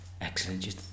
Excellent